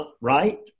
Right